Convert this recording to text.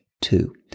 Two